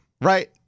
Right